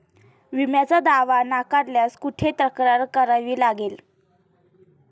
विम्याचा दावा नाकारल्यास कुठे तक्रार करावी लागेल?